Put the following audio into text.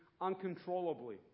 uncontrollably